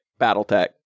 Battletech